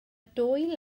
dwy